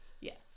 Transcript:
yes